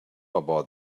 about